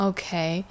Okay